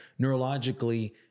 neurologically